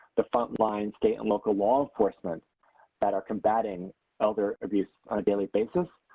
the front-line state and local law enforcement that are combating elder abuse on a daily basis.